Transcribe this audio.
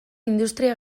industria